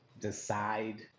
decide